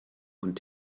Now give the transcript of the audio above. und